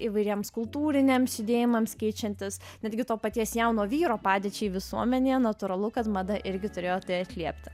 įvairiems kultūriniams judėjimams keičiantis netgi to paties jauno vyro padėčiai visuomenėje natūralu kad mada irgi turėjo tai atliepti